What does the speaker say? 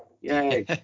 Yay